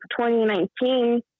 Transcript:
2019